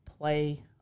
play